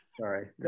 Sorry